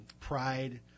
pride